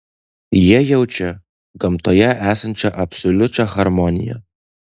jie jaučia gamtoje esančią absoliučią harmoniją